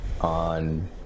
on